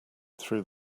through